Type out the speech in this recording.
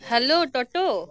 hello ᱴᱳᱴᱳ